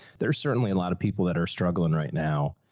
there are certainly a lot of people that are struggling right now,